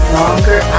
longer